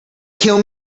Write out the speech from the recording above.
kill